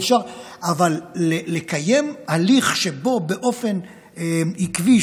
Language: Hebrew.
אבל לקיים הליך שבו באופן עקבי,